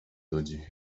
ludzi